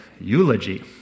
eulogy